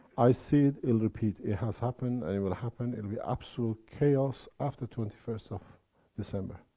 i see it, it'll repeat. it has happened, and it will happen it will be absolute chaos after twenty first of december.